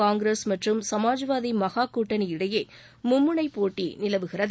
காங்கிரஸ் மற்றும் சமாஜ்வாதி மகா கூட்டணி இடையே மும்முனைப்போட்டி நிலவுகிறது